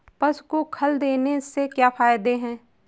पशु को खल देने से क्या फायदे हैं?